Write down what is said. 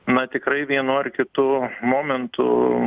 na tikrai vienu ar kitu momentu